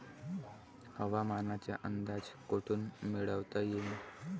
हवामानाचा अंदाज कोठून मिळवता येईन?